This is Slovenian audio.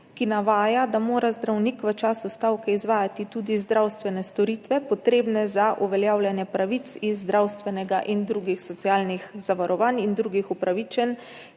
ki navaja, da mora zdravnik v času stavke izvajati tudi zdravstvene storitve, potrebne za uveljavljanje pravic iz zdravstvenega in drugih socialnih zavarovanj in drugih upravičenj,